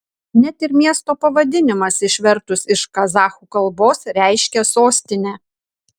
net ir miesto pavadinimas išvertus iš kazachų kalbos reiškia sostinę